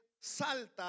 salta